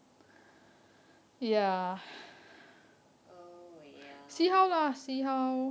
oh wells